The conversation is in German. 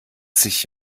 sich